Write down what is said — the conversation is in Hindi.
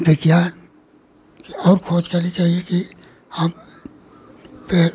विज्ञान और खोज करनी चाहिए कि हम पेड़